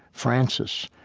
francis,